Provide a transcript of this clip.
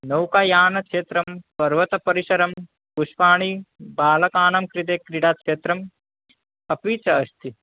नौकायानक्षेत्रं पर्वतपरिसरं पुष्पाणि बालकानां कृते क्रीडाक्षेत्रम् अपि च अस्ति